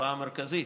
לתופעה המרכזית: